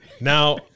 now